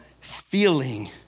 feeling